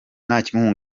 kugira